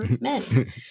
men